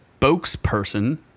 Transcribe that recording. spokesperson